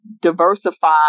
diversify